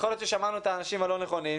יכול להיות ששמענו את האנשים שלא נכונים.